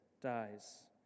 dies